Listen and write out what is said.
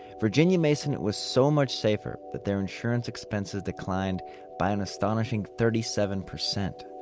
virginia mason was so much safer that their insurance expenses declined by an astonishing thirty seven percent,